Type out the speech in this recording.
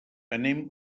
anem